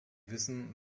wissen